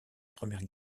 première